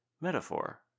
metaphor